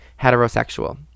heterosexual